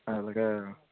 అలాగే